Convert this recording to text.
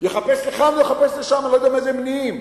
יחפש לכאן או יחפש לשם, אני לא יודע מאיזה מניעים,